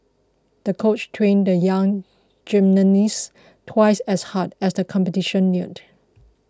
the coach trained the young gymnasts twice as hard as the competition neared